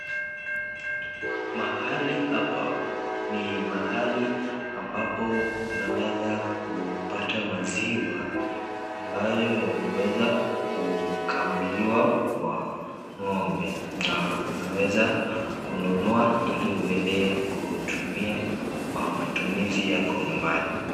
Mahali hapa ni mahali ambapo unaweza kupata maziwa, ambayo yameweza kukamuliwa kwa ng'ombe na unaweza kununua ili uende kutumia kwa matumizi yako nyumbani.